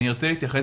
תודה רבה.